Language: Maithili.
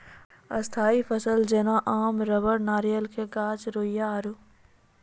स्थायी फसल जेना आम रबड़ नारियल के गाछ रुइया आरु